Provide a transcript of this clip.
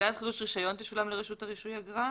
ואז כתוב שבעד רישיון תשולם לרשות הרישוי אגרה.